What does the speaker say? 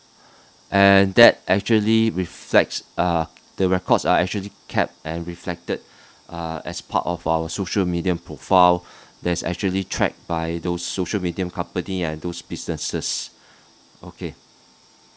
and that actually reflects uh the records are actually capped and reflected uh as part of our social media profile that is actually tracked by those social media company and those businesses okay